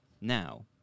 Now